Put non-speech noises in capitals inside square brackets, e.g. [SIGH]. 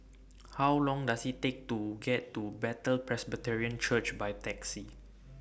[NOISE] How Long Does IT Take to get to Bethel Presbyterian Church By Taxi